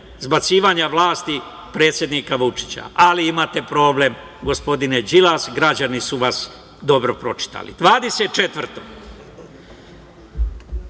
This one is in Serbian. zbacivanja vlasti predsednika Vučića? Ali imate problem gospodine Đilas, građani su vas dobro pročitali. Dvadeset